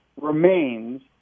remains